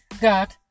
got